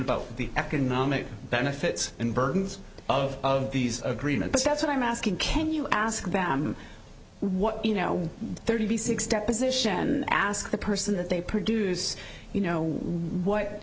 about the economic benefits and burdens of of these agreements that's what i'm asking can you ask them what you know thirty six deposition and ask the person that they produce you know what